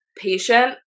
patient